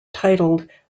titled